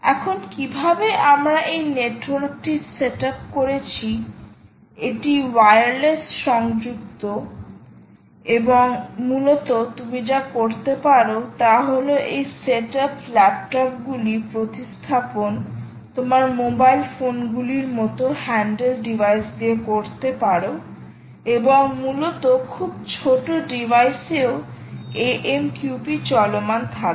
এখন কীভাবে আমরা এই নেটওয়ার্কটি সেটআপ করেছি এটি ওয়্যারলেস সযুক্ত এবং মূলত তুমি যা করতে পারো তা হল এই সেটআপ ল্যাপটপগুলি প্রতিস্থাপন তোমার মোবাইল ফোনগুলির মতো হ্যান্ডেল ডিভাইস দিয়ে করতে পারো এবং মূলতখুব ছোট ডিভাইসেও AMQP চলমান থাকবে